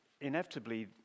inevitably